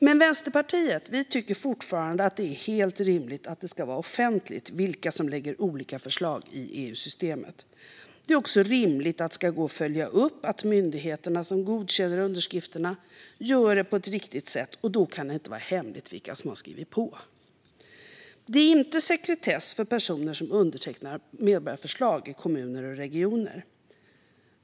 Men vi i Vänsterpartiet tycker fortfarande att det är helt rimligt att det ska vara offentligt vilka som lägger fram olika förslag i EU-systemet. Det är också rimligt att det ska gå att följa upp att myndigheterna som godkänner underskrifterna gör det på ett riktigt sätt, och då kan det inte vara hemligt vilka som har skrivit under. Det är inte sekretess för personer som undertecknar medborgarförslag i kommuner och regioner.